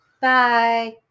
Bye